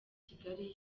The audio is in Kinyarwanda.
kigali